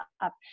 up